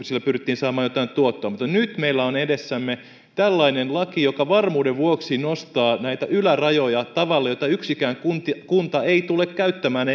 sillä pyrittiin saamaan jotain tuottoa mutta nyt meillä on edessämme tällainen laki joka varmuuden vuoksi nostaa näitä ylärajoja tavalla jota yksikään kunta kunta ei tule käyttämään